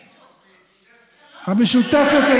המשותפת.